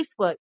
Facebook